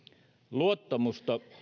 luottamusta